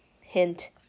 Hint